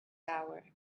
hour